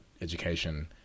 education